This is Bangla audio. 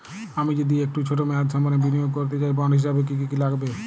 আমি যদি একটু ছোট মেয়াদসম্পন্ন বিনিয়োগ করতে চাই বন্ড হিসেবে কী কী লাগবে?